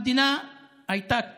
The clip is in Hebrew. המדינה הייתה נזעקת,